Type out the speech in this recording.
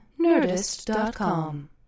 Nerdist.com